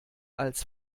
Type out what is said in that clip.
als